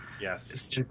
Yes